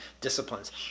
disciplines